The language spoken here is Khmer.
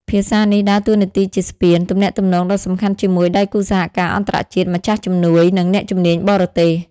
ភាសានេះដើរតួនាទីជាស្ពាន ទំនាក់ទំនងដ៏សំខាន់ជាមួយដៃគូសហការអន្តរជាតិ ម្ចាស់ជំនួយ និងអ្នកជំនាញបរទេស។